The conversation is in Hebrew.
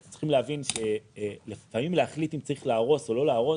אתם צריכים להבין שלפעמים להחליט אם צריך להרוס או לא להרוס,